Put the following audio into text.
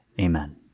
Amen